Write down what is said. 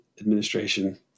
administration